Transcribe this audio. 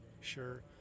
Sure